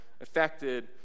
affected